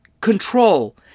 control